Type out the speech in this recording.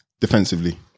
Defensively